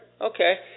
Okay